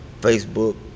Facebook